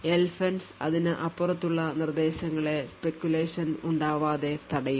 LFENCE അതിനു അപ്പുറമുള്ള നിർദ്ദേശങ്ങളെ speculation ഉണ്ടാവാതെ തടയും